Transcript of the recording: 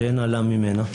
שאין נעלה ממנה.